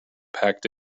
packed